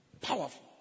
Powerful